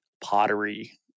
pottery